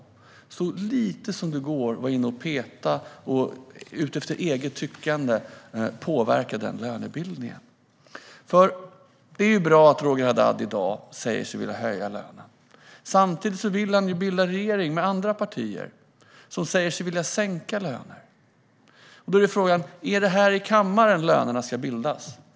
Vi ska så lite som det går gå in och peta i och efter eget tyckande påverka denna lönebildning. Det är bra att Roger Haddad i dag säger sig vilja höja lönerna. Samtidigt vill han bilda regering med andra partier som säger sig vilja sänka löner. Då är frågan: Är det här i kammaren som ska lönerna sättas?